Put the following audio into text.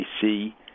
see